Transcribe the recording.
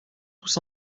tous